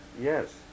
yes